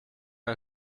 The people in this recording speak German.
ein